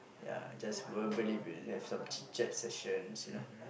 ya just everybody we'll have some chit chat sessions you know